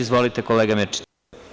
Izvolite, kolega Mirčiću.